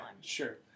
sure